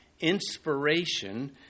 inspiration